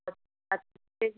ठीक है